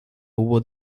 hubo